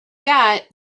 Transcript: got